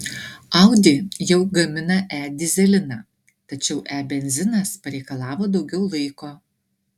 audi jau gamina e dyzeliną tačiau e benzinas pareikalavo daugiau laiko